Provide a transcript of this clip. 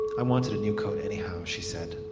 i wanted a new coat anyhow she said.